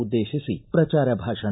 ಉದ್ದೇಶಿಸಿ ಪ್ರಚಾರ ಭಾಷಣ